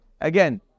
Again